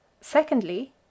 Secondly